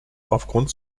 aufgrund